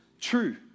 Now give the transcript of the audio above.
true